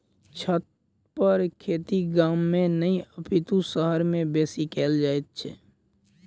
छतपर खेती गाम मे नहि अपितु शहर मे बेसी कयल जाइत छै